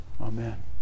Amen